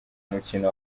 mukino